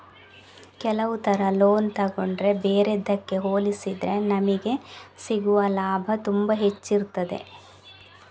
ಕೆಲವು ತರ ಲೋನ್ ತಗೊಂಡ್ರೆ ಬೇರೆದ್ದಕ್ಕೆ ಹೋಲಿಸಿದ್ರೆ ನಮಿಗೆ ಸಿಗುವ ಲಾಭ ತುಂಬಾ ಹೆಚ್ಚಿರ್ತದೆ